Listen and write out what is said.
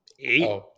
eight